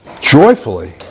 joyfully